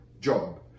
job